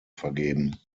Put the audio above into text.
vergeben